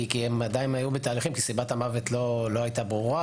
כי הם עדיין היו בתהליכים כי סיבת המוות לא היתה ברורה